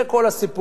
זה כל הסיפור.